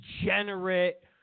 Degenerate